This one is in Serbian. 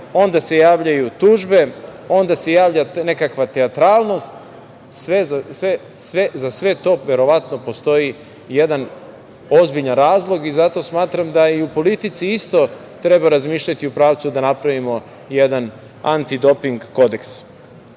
onda se javljaju tužbe, onda se javlja nekakva teatralnost. Za sve to verovatno postoji jedan ozbiljan razlog. Zato smatram da i u politici isto treba razmišljati u pravcu da napravimo jedan antidoping kodeks. Šalu